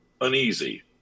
uneasy